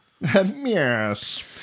Yes